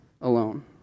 alone